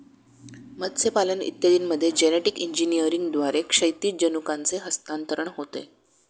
मत्स्यपालन इत्यादींमध्ये जेनेटिक इंजिनिअरिंगद्वारे क्षैतिज जनुकांचे हस्तांतरण होते